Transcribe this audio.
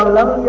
ah level